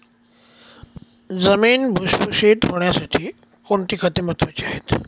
जमीन भुसभुशीत होण्यासाठी कोणती खते महत्वाची आहेत?